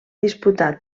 disputar